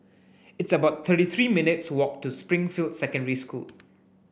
it's about thirty three minutes' walk to Springfield Secondary School